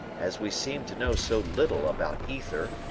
as we seem to know so little about ether,